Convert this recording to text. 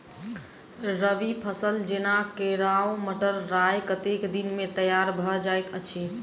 रबी फसल जेना केराव, मटर, राय कतेक दिन मे तैयार भँ जाइत अछि?